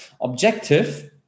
Objective